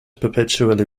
perpetually